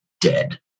dead